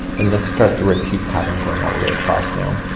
and let's start the repeat pattern going all the way across now.